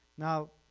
now